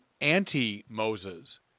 anti-Moses